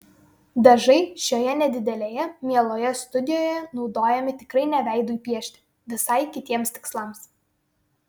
dažai šioje nedidelėje mieloje studijoje naudojami tikrai ne veidui piešti visai kitiems tikslams